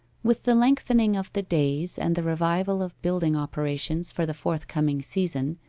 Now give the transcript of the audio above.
with the lengthening of the days, and the revival of building operations for the forthcoming season,